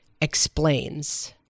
Explains